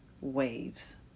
waves